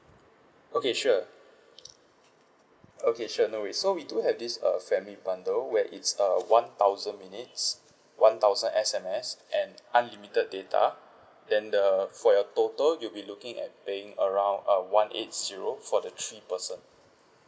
okay sure okay sure no worries so we do have this uh family bundle where it's uh one thousand minutes one thousand S_M_S and unlimited data then the for your total you'll be looking at being around uh one eight zero for the three person